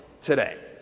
today